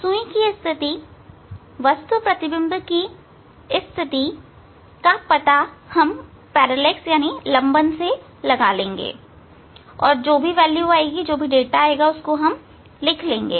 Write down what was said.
सुई की स्थिति वस्तु प्रतिबिंब की स्थिति का पता लंबन तरीके से लगाएंगे और डाटा को लिख लेंगे